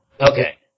Okay